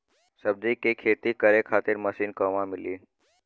सब्जी के खेती करे खातिर मशीन कहवा मिली?